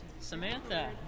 Samantha